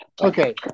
Okay